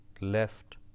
left